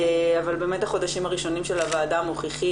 אבל באמת החודשים הראשונים של הוועדה מוכיחים